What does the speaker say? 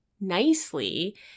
nicely